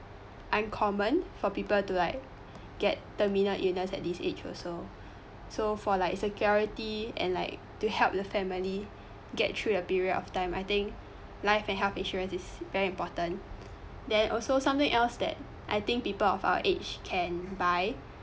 uncommon for people to like get terminal illness at this age also so for like security and like to help the family get through the period of time I think life and health insurance is very important then also something else that I think people of our age can buy